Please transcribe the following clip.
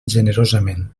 generosament